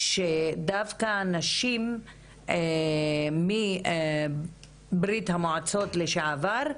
שדווקא נשים מברית המועצות לשעבר,